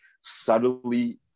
subtly